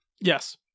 Yes